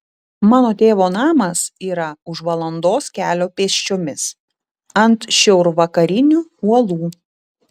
mano tėvo namas yra už valandos kelio pėsčiomis ant šiaurvakarinių uolų